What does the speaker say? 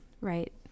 right